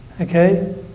okay